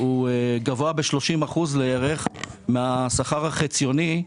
גבוה ב-30% לערך מהשכר החציוני,